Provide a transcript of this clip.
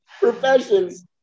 professions